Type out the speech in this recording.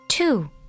Two